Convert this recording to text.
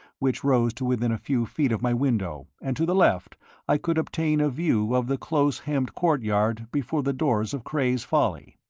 which rose to within a few feet of my window, and to the left i could obtain a view of the close-hemmed courtyard before the doors of cray's folly.